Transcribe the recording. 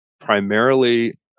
primarily